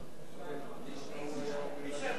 אבישי.